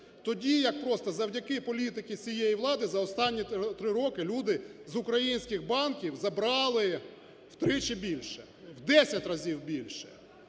тоді як просто завдяки політики цієї влади за останні три роки люди з українських банків забрали втричі більше, в 10 разів більше.